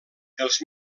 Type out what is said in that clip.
els